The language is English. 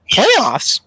Playoffs